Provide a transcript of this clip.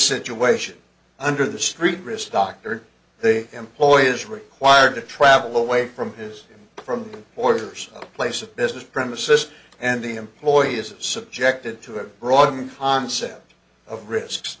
situation under the street risk dr the employer is required to travel away from his from orders a place of business premises and the employee is subjected to a broader concept of risks